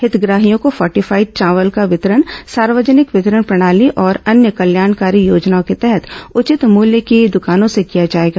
हितग्राहियों को फोर्टिफाइड चावल का वितरण सार्वजनिक वितरण प्रणाली और अन्य कल्याणकारी योजनाओं के तहत उचित मूल्य की दुकानों से किया जाएगा